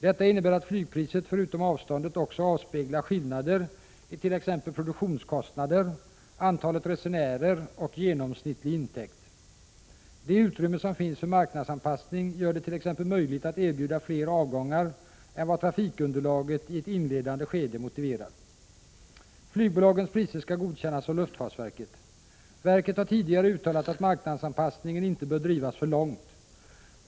Detta innebär att flygpriset förutom avståndet också avspeglar skillnader i t.ex. produktionskostnader, antalet resenärer och genomsnittlig intäkt. Det utrymme som finns för marknadsanpassning gör det t.ex. möjligt att erbjuda fler avgångar än vad trafikunderlaget i ett inledande skede motiverar. Flygbolagens priser skall godkännas av luftfartsverket. Verket har tidigare uttalat att marknadsanpassningen inte bör drivas för långt.